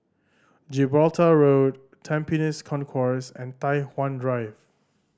Gibraltar Road Tampines Concourse and Tai Hwan Drive